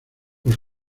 los